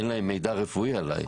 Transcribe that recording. אין להם מידע רפואי עלי.